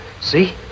See